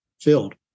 filled